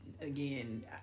again